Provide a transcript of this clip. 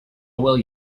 will